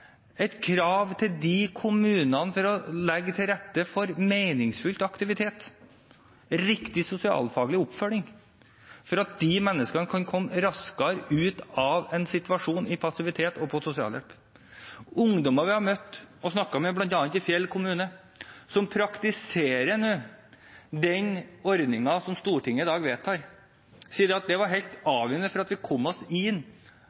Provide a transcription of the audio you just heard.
et krav til kommunene om å legge til rette for meningsfull aktivitet og riktig sosialfaglig oppfølging, sånn at de menneskene kan komme raskere ut av en situasjon med passivitet og sosialhjelp. Ungdommer vi har møtt og snakket med, bl.a. i Fjell kommune, som nå praktiserer den ordningen som Stortinget i dag vedtar, sier at det var helt avgjørende for at de kom